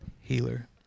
healer